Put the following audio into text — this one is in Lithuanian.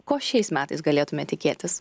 ko šiais metais galėtume tikėtis